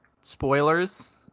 Spoilers